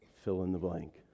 fill-in-the-blank